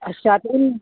अच्छा ते